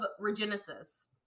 regenesis